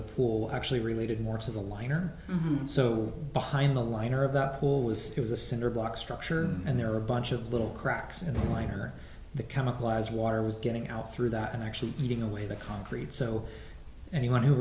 the pool actually related more to the line or so behind the liner of the hole was it was a cinder block structure and there are a bunch of little cracks in the liner the chemical as water was getting out through that and actually eating away the concrete so anyone who